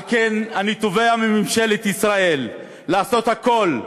על כן אני תובע מממשלת ישראל לעשות הכול,